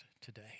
today